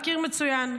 מכירים מצוין.